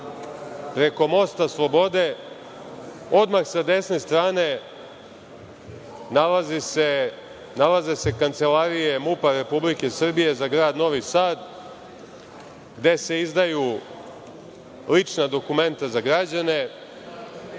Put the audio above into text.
preko Mosta slobode, odmah sa desne strane, nalaze se kancelarije MUP-a Republike Srbije za Grad Novi Sad, gde se izdaju lična dokumenta za građane